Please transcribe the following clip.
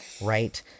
Right